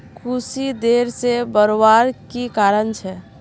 कुशी देर से बढ़वार की कारण छे?